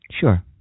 Sure